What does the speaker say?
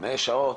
בחמש שעות,